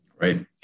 Right